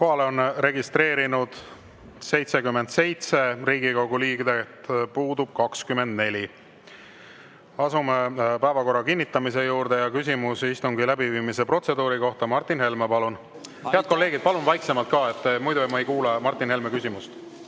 Kohalolijaks on registreerunud 77 Riigikogu liiget, puudub 24.Asume päevakorra kinnitamise juurde. Küsimus istungi läbiviimise protseduuri kohta, Martin Helme, palun! Head kolleegid, palun vaiksemalt ka! Muidu ma ei kuule Martin Helme küsimust.